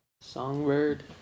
Songbird